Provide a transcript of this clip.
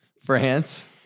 France